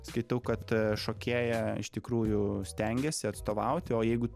skaitau kad šokėja iš tikrųjų stengiasi atstovauti o jeigu